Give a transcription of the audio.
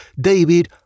David